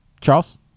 Charles